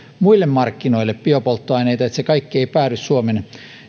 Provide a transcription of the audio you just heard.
muille markkinoille biopolttoaineita eli kaikki ei päädy suomen